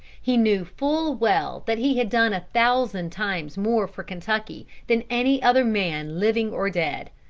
he knew full well that he had done a thousand times more for kentucky than any other man living or dead.